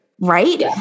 right